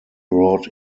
brought